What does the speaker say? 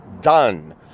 Done